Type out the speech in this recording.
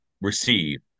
receive